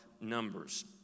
numbers